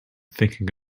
thinking